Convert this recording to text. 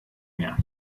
mehr